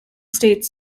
states